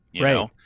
Right